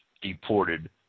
deported